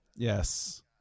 Yes